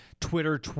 Twitter